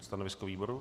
Stanovisko výboru?